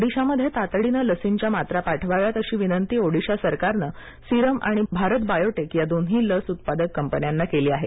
ओडिशामध्ये तातडीनं लशींच्या मात्रा पाठवाव्यात अशी विनंती ओडिशा सरकारनं सीरम आणि भारत बायोटेक या दोन्ही लस उत्पादक कंपन्यांना केली आहे